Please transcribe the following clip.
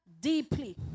deeply